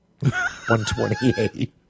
128